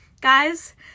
guys